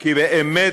כי באמת,